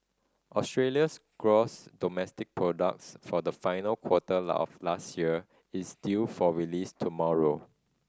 Australia's gross domestic products for the final quarter of last year is due for release tomorrow